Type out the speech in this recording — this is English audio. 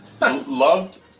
Loved